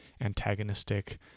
antagonistic